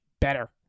better